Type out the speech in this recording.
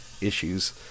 issues